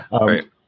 Right